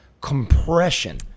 compression